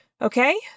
Okay